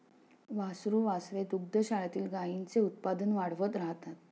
वासरू वासरे दुग्धशाळेतील गाईंचे उत्पादन वाढवत राहतात